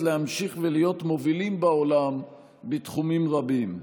להמשיך ולהיות מובילים בעולם בתחומים רבים.